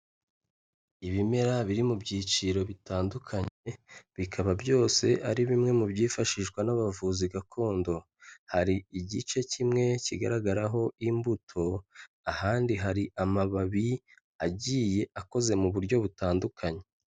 Ibimera biri mu byiciro bitandukanye, bikaba byose ari bimwe mu byifashishwa n'abavuzi gakondo. Hari igice kimwe kigaragaraho imbuto, ahandi hari amababi agiye akoze mu buryo butandukanye.